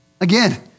Again